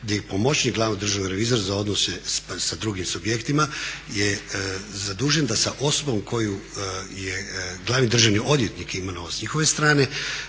gdje pomoćnik glavnog državnog revizora za odnose s drugim subjektima je zadužen da sa osobom koju je glavni državni odvjetnik imenovao s njihove strane